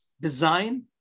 design